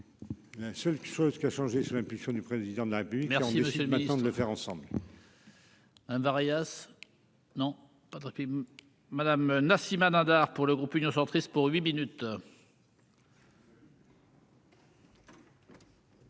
La seule chose qui a changé, sous l'impulsion du président de la République aussi le maintenant de le faire ensemble.--